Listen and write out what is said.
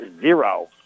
zero